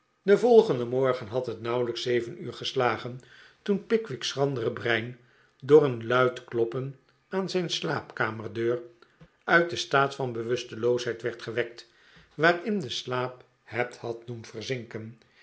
den volgenden morgen had het nauwelijks zeven uur geslagen toen pickwick's sehrandere brein door een luid kloppen aan zijn kamerdeur uit den staat van bewusteloosheid werd gewekt waarin de slaap het had doen verzinken